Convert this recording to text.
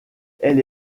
elle